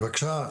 בבקשה,